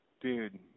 Dude